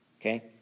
okay